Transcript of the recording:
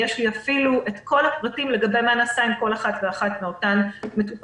יש לי אפילו את כל הפרטים לגבי מה שנעשה עם כל אחת ואחת מאותן מטופלות.